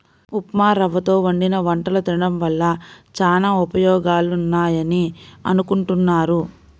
ఉప్మారవ్వతో వండిన వంటలు తినడం వల్ల చానా ఉపయోగాలున్నాయని అనుకుంటున్నారు